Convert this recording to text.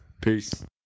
Peace